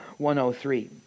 103